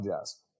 Jazz